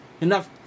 enough